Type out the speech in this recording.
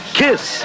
kiss